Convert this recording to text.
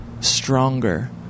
Stronger